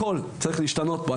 הכל צריך להשתנות פה.